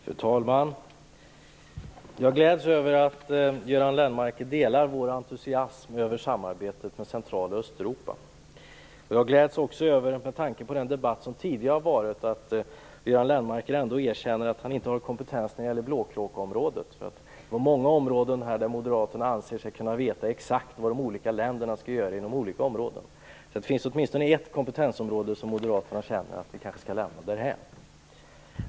Fru talman! Jag gläds över att Göran Lennmarker delar vår entusiasm över samarbetet med Central och Östeuropa. Jag gläds också, med tanke på den debatt som varit, över att Göran Lennmarker erkänner att han inte har kompetens när det gäller blåkråkeområdet. På många områden anser sig Moderaterna kunna veta exakt vad de olika länderna skall göra, men det finns alltså åtminstone ett kompetensområde som Moderaterna känner att de kanske skall lämna därhän.